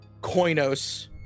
Koinos